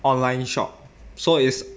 online shop so is